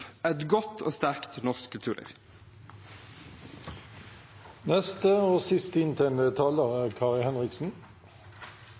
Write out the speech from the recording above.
et godt og sterkt familievern vet vi er